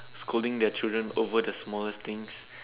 scolding their children over the smallest things